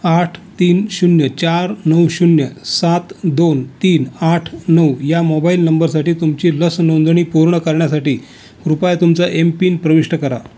आठ तीन शून्य चार नऊ शून्य सात दोन तीन आठ नऊ या मोबाईल नंबरसाठी तुमची लस नोंदणी पूर्ण करण्यासाठी कृपया तुमचा एमपिन प्रविष्ट करा